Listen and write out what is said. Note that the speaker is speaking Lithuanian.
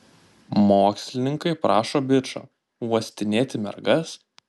mokslininkai prašo bičo uostinėti mergas